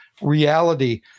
reality